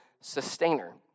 sustainer